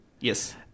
Yes